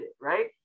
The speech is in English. right